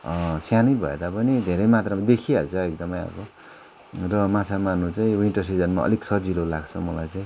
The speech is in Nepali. सानै भए तापनि धेरै मात्रा देखिइहाल्छ एकदमै अब र माछा मार्नु चाहिँ विन्टर सिजनमा अलिक सजिलो लाग्छ मलाई चाहिँ